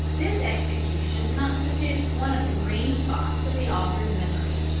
this execution constitutes one of the green spots in the author's memory.